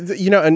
you know. and